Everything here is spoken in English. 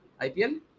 IPL